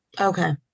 Okay